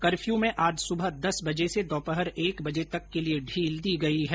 कपर्यू में आज सुबह दस बजे से दोपहर एक बजे तक के लिए ढील दी गई ॅ है